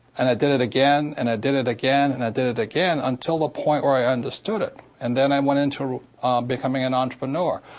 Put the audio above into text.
and i did it, again. and i did it, again, and i did it, again, until the point where i understood it. and then i went into becoming an entrepreneur.